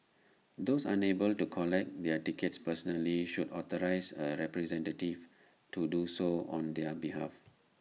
those unable to collect their tickets personally should authorise A representative to do so on their behalf